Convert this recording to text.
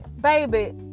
baby